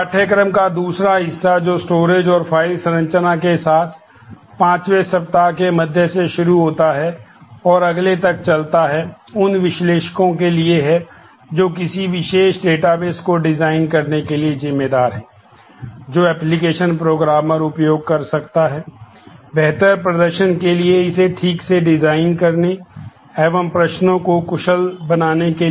पाठ्यक्रम का दूसरा हिस्सा जो स्टोरेज और फ़ाइल संरचना के साथ पांचवें सप्ताह के मध्य से शुरू होता है और अगले तक चलता है उन विश्लेषकों के लिए है जो किसी विशेष डेटाबेस को डिज़ाइन करने के लिए ज़िम्मेदार हैं जो एप्लिकेशन प्रोग्रामर उपयोग कर सकता है बेहतर प्रदर्शन के लिए इसे ठीक से डिज़ाइन करने एवं प्रश्नों को कुशल बनाने के लिए